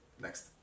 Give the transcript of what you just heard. next